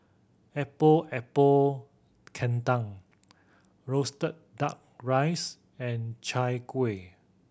Epok Epok Kentang roasted Duck Rice and Chai Kueh